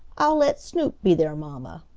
i'll let snoop be their mamma.